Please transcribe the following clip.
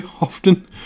often